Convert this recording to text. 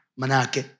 manake